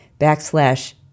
backslash